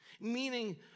meaning